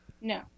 No